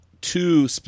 two